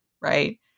right